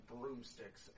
broomsticks